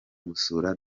gusura